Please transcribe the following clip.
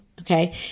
okay